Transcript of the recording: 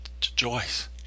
Joyce